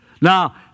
Now